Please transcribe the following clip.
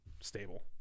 stable